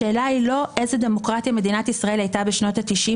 השאלה היא לא איזו דמוקרטיה מדינת ישראל הייתה בשנות התשעים,